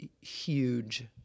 huge